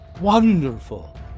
Wonderful